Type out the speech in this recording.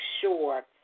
sure